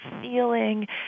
feeling